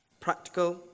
Practical